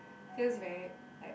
feels very like